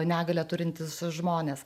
negalią turintys žmonės